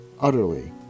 utterly